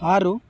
ಆರು